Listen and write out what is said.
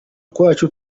kwacu